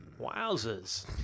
Wowzers